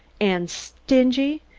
and stingy!